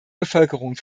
bevölkerung